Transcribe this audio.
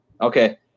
Okay